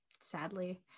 sadly